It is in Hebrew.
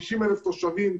50,000 תושבים.